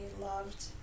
Loved